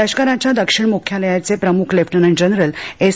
लष्कराच्या दक्षिण मुख्यालयाचे प्रमुख लेफ्टनंट जनरल एस